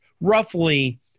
roughly